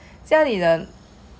去去学那个 lesson